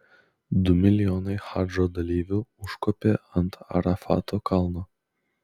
du milijonai hadžo dalyvių užkopė ant arafato kalno